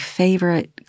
favorite